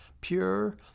pure